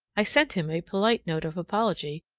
i sent him a polite note of apology,